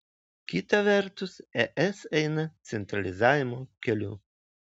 kita vertus es eina centralizavimo keliu